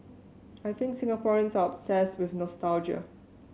I think Singaporeans are obsessed with nostalgia